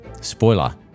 Spoiler